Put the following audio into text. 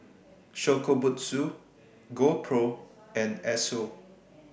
Shokubutsu GoPro and Esso